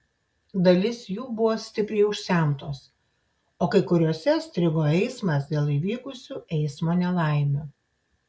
dalis jų buvo stipriai užsemtos o kai kuriose strigo eismas dėl įvykusių eismo nelaimių